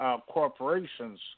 corporations